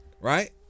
right